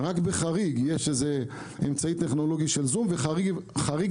רק בחריג יש אמצעי טכנולוגי של זום וכחריג